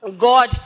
God